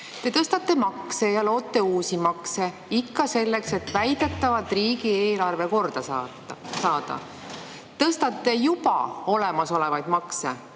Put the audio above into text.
Te tõstate makse ja loote uusi makse – ikka väidetavalt selleks, et riigieelarve korda saada. Tõstate juba olemasolevaid makse